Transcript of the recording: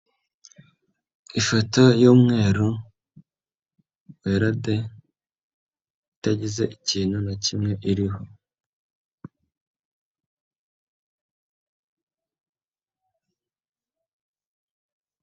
Ifoto y'umweru wera de itagize ikintu na kimwe iriho.